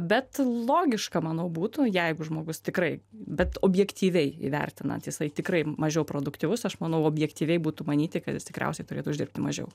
bet logiška manau būtų jeigu žmogus tikrai bet objektyviai įvertinant jisai tikrai mažiau produktyvus aš manau objektyviai būtų manyti kad jis tikriausiai turėtų uždirbti mažiau